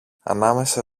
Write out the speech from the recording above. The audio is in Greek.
ανάμεσα